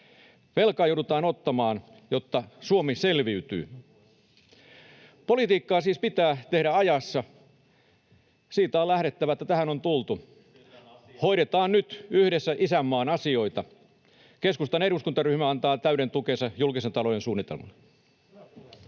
Velkaa joudutaan ottamaan, jotta Suomi selviytyy. Politiikkaa siis pitää tehdä ajassa — siitä on lähdettävä, että tähän on tultu. [Vilhelm Junnila: Pysytään asiassa!] Hoidetaan nyt yhdessä isänmaan asioita. Keskustan eduskuntaryhmä antaa täyden tukensa julkisen talouden suunnitelmalle.